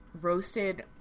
roasted